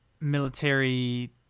military